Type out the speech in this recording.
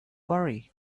worry